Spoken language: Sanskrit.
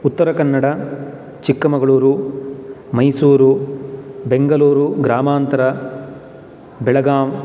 उत्तरकन्नड चिक्कमगलुरू मैसूरू बेङ्गलुरू ग्रामान्तर बेळगाम्